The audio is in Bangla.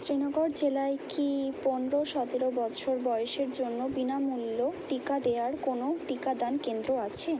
শ্রীনগর জেলায় কি পনেরো সতেরো বছর বয়েসের জন্য বিনামূল্য টিকা দেওয়ার কোনও টিকাদান কেন্দ্র আছে